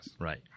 Right